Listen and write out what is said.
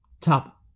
top